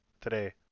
today